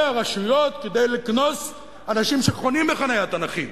הרשויות כדי לקנוס אנשים שחונים בחניית הנכים.